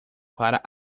para